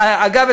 אגב,